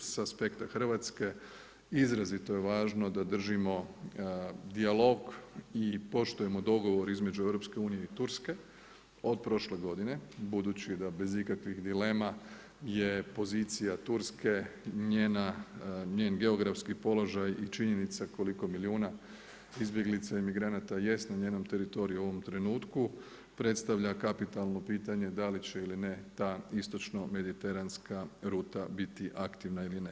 Sa aspekta Hrvatske izrazito je važno da držimo dijalog i poštujemo dogovor između EU i Turske od prošle godine, budući da bez ikakvih dilema je pozicija Turske, njen geografski položaj i činjenica koliko milijuna izbjeglica i migranata jest na njenom teritoriju u ovom trenutku predstavlja kapitalno pitanje da li će ili ne ta istočno-mediteranska ruta biti aktivna ili ne.